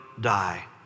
die